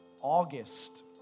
August